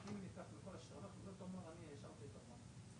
אם מדובר בעולים שהגיעו במחצית השנייה של שנת הכספים,